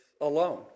alone